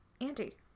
Andy